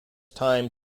time